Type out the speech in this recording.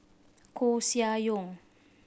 Koeh Sia Yong